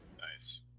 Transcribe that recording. Nice